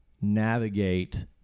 navigate